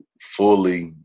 fully